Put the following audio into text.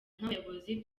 nk’abayobozi